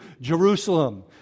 Jerusalem